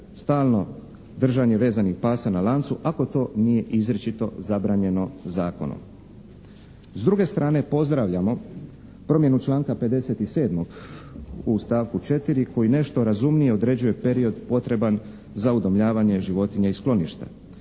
stalno držanje vezanih pasa na lancu ako to nije izričito zabranjeno zakonom. S druge strane pozdravljamo promjenu članka 57. u stavku 4. koji nešto razumnije određuje period potreban za udomljavanje životinja iz skloništa.